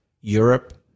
Europe